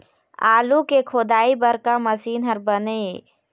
आलू के खोदाई बर का मशीन हर बने ये?